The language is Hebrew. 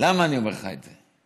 למה אני אומר לך את זה?